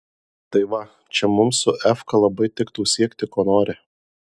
tai va čia mums su efka labai tiktų siekti ko nori